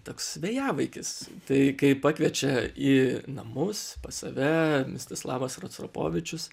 toks vėjavaikis tai kai pakviečia į namus pas save mistislavas rostropovičius